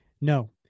No